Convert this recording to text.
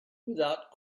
without